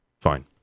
Fine